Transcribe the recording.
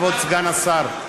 כבוד סגן השר.